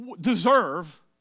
deserve